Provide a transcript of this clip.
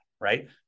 right